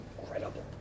incredible